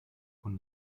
von